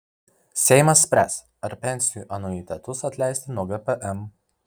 seimas spręs ar pensijų anuitetus atleisti nuo gpm